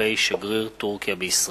כלפי שגריר טורקיה בישראל.